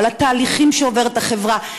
על התהליכים שעוברת החברה,